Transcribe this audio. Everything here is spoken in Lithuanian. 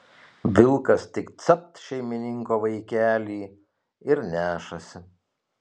vilkas tik capt šeimininko vaikelį ir nešasi